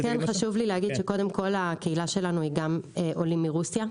חשוב לי להגיד שהקהילה שלנו היא גם עולים מרוסיה,